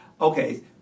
Okay